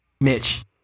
Mitch